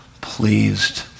pleased